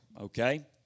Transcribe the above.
okay